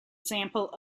example